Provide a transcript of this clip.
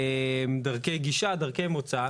דרכי גישה, דרכי מוצא.